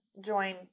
join